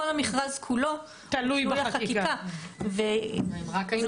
כל המכרז כולו תלוי חקיקה --- אם רק היינו מתקדמים עם החקיקה.